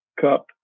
Cup